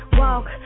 walk